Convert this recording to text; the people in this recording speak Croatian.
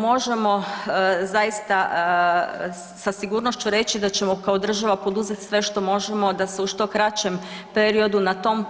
Možemo zaista sa sigurnošću reći da ćemo kao država poduzeti sve što možemo da se u što kraćem periodu na tom